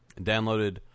Downloaded